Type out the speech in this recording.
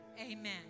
Amen